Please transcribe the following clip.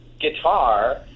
guitar